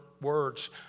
words